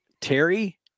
Terry